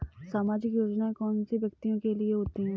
सामाजिक योजना कौन से व्यक्तियों के लिए होती है?